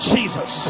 Jesus